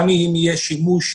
גם אם יהיה שימוש